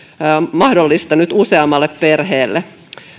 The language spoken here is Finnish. mahdollista nyt useammalle perheelle